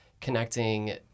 connecting